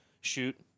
Shoot